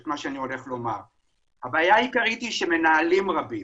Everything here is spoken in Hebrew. הבעיה העיקרית היא שמנהלים רבים